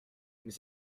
mais